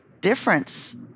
difference